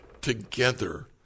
together